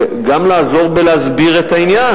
גם לעזור להסביר את העניין.